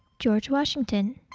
george washington